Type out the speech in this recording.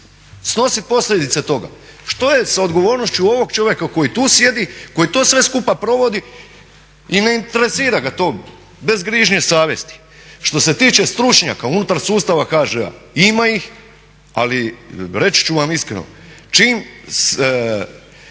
snosit posljedice toga. Što je s odgovornošću ovog čovjeka koji tu sjedi, koji to sve skupa provodi i ne interesira ga to bez grižnje savjesti. Što se tiče stručnjaka unutar sustava HŽ-a, ima ih ali reći vam iskreno, jako